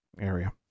area